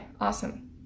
awesome